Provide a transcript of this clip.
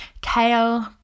kale